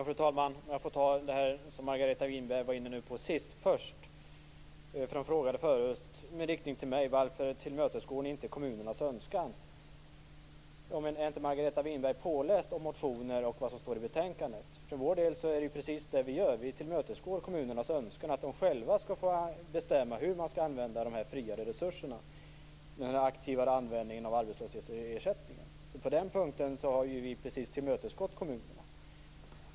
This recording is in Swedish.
Fru talman! Låt mig ta upp det som Margareta Winberg var inne på sist först. Hon frågade tidigare mig varför vi inte tillmötesgår kommunernas önskan. Är då inte Margareta Winberg påläst om motioner och vad som står i betänkandet? Det är nämligen precis det vi gör - vi tillmötesgår kommunernas önskan att i och med en aktivare användning av arbetslöshetsersättningen själva få bestämma hur de friare resurserna skall få användas. På den punkten har vi alltså precis tillmötesgått kommunerna.